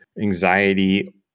anxiety